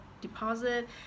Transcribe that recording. deposit